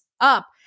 up